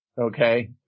Okay